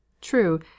True